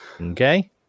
Okay